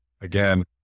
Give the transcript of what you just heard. again